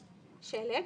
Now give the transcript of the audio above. שלג,